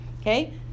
okay